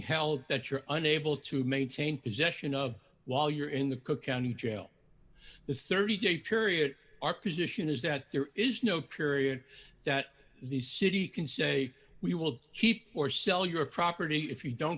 held that you're unable to maintain possession of while you're in the cook county jail this thirty day period our position is that there is no period that the city can say we will keep or sell your property if you don't